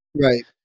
Right